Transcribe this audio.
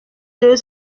deux